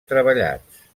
treballats